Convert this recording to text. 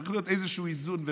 צריך להיות איזשהו איזון ובלם.